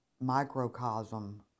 microcosm